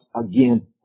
again